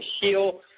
heal